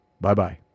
Bye-bye